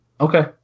Okay